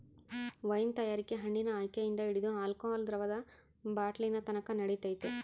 wine ತಯಾರಿಕೆ ಹಣ್ಣಿನ ಆಯ್ಕೆಯಿಂದ ಹಿಡಿದು ಆಲ್ಕೋಹಾಲ್ ದ್ರವದ ಬಾಟ್ಲಿನತಕನ ನಡಿತೈತೆ